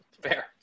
Fair